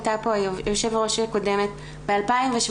היו"ר הקודמת ב-2017,